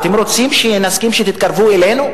ההצטיינות,